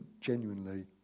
genuinely